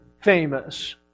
famous